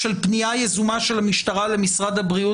של פנייה יזומה של המשטרה למשרד הבריאות